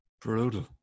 Brutal